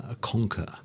conquer